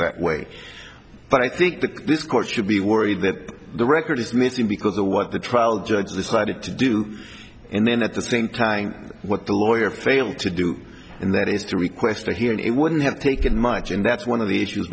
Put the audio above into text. that way but i think that this court should be worried that the record is missing because the what the trial judge decided to do and then at the sink what the lawyer failed to do and that is to request a hearing it wouldn't have taken much and that's one of the issues